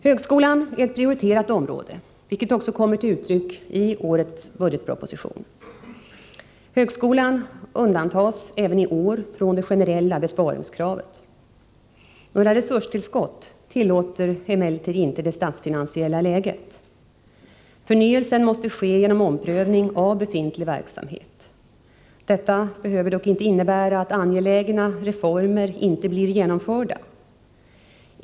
Högskolan är ett prioriterat område, vilket också kommer till uttryck i årets budgetproposition. Högskolan undantas även i år från det generella besparingskravet. Några resurstillskott tillåter emellertid inte det statsfinansiella läget. Förnyelsen måste ske genom omprövning av befintlig verksamhet. Detta behöver dock inte innebära att angelägna reformer inte blir genomförda.